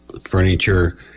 furniture